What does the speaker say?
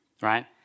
right